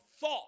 thought